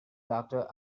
doctor